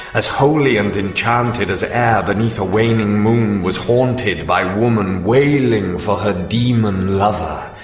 as holy and enchanted as as e'er beneath a waning moon was haunted by woman wailing for her demon-lover!